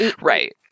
Right